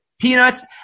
Peanuts